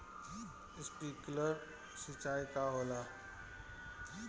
Sprinkler सिंचाई का होला?